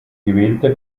gewählte